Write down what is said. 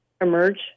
emerge